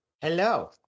Hello